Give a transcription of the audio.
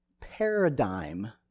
paradigm